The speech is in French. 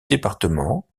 départements